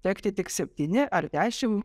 tekti tik septyni ar dešimt